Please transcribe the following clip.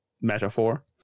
metaphor